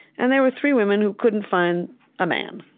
and there were three women who couldn't find a man.